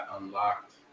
unlocked